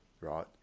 right